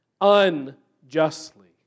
unjustly